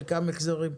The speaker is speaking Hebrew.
חלקם החזרים.